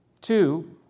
Two